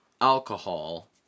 alcohol